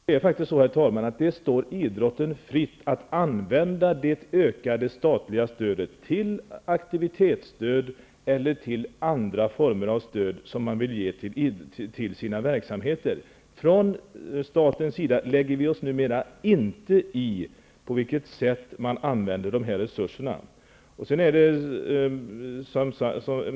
Herr talman! Det står idrotten fritt att använda det ökade statliga stödet till aktivitetsstöd eller till andra former av stöd som man vill ge till sina verksamheter. Från statens sida lägger vi oss numera inte i på vilket sätt man använder de här resurserna.